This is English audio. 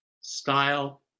style